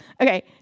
Okay